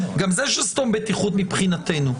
גם זה שסתום בטיחות מבחינתנו,